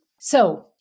So-